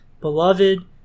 Beloved